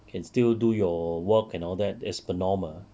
can still do your work and all that as per normal